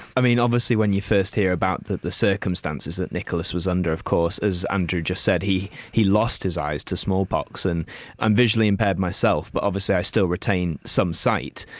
i mean obviously when you first hear about the the circumstances that nicholas was under, of course, as andrew just said, he he lost his eyes to smallpox and i'm visually impaired myself but obviously i still retain some sight.